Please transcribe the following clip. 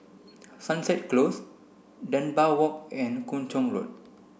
Sunset Close Dunbar Walk and Kung Chong Road